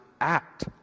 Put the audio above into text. act